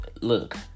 look